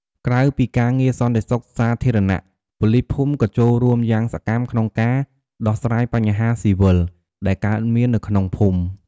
ក្រៅពីការងារសន្តិសុខសាធារណៈ ប៉ូលីសភូមិក៏ចូលរួមយ៉ាងសកម្មក្នុងការ ដោះស្រាយបញ្ហាស៊ីវិល ដែលកើតមាននៅក្នុងភូមិ។